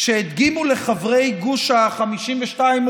שהדגימו לחברי גוש ה-52,